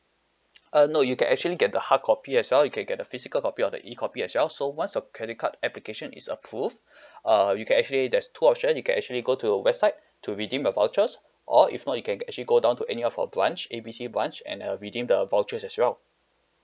uh no you can actually get the hard copy as well you can get the physical copy or the E copy as well so once your credit card application is approved err you can actually there's two option you can actually go to our website to redeem your vouchers or if not you can actually go down to any of our branch A B C branch and uh redeem the vouchers as well